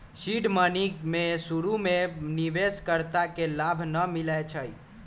seed money में शुरु में निवेश कर्ता के लाभ न मिलै छइ